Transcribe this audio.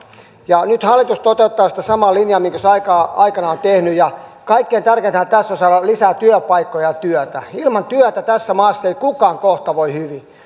nyt hallitus toteuttaa sitä samaa linjaa minkä se on aikanaan tehnyt kaikkein tärkeintähän tässä on saada lisää työpaikkoja ja työtä ilman työtä tässä maassa ei kukaan kohta voi